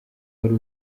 wari